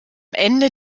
ende